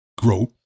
grow